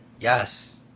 Yes